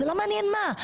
זה לא מעניין מה,